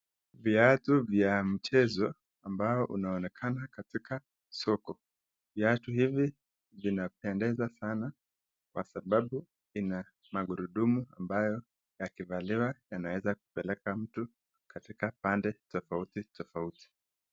Viatu vya mchezo ambao unaonekana katika soko. Viatu hivi vinapendeza sana kwa sababu vina magurudumu ambayo yakivaliwa yanaeza kupeleka mtu katika pande tofauti tofauti.